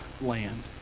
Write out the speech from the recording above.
land